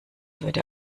würde